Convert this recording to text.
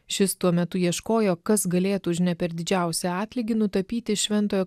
šis tuo metu ieškojo kas galėtų už ne per didžiausią atlygį nutapyti šventojo